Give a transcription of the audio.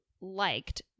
liked